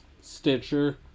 Stitcher